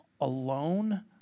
alone